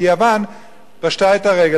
כי יוון פשטה את הרגל.